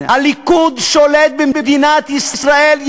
הליכוד שולט במדינת ישראל,